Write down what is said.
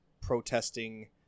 protesting